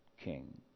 king